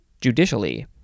judicially